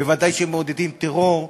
בוודאי שמעודדים טרור,